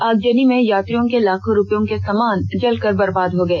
अगजनी में यात्रियों के लाखों रुपये के समान जलकर बर्बाद हो गए